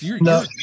No